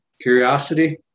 curiosity